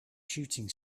shooting